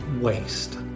waste